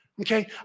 Okay